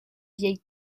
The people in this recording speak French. vieille